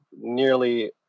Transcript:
nearly